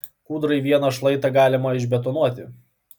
kūdrai vieną šlaitą galima išbetonuoti